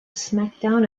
smackdown